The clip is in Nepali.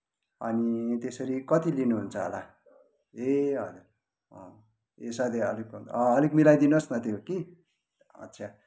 अनि त्यसरी कति लिनुहुन्छ होला ए हजुर ए सघैँ अलिक मिलाइदिनुहोस् न त्यो कि अच्छा